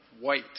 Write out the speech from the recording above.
White